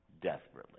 desperately